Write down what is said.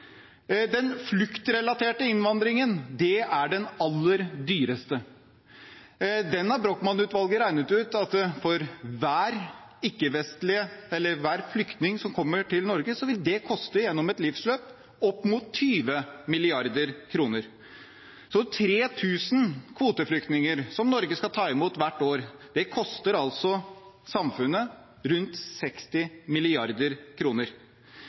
Den fluktrelaterte innvandringen er den aller dyreste. Brochmann-utvalget har regnet ut at hver flyktning som kommer til Norge, gjennom et livsløp vil koste opp mot 20 mrd. kr. Så 3 000 kvoteflyktninger, som Norge skal ta imot hvert år, koster altså samfunnet rundt 60